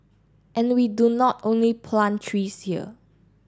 and we do not only plant trees here